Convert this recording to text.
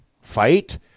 fight